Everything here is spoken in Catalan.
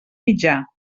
mitjà